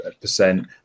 percent